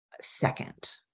second